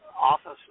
Office